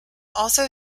also